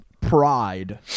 Pride